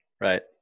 right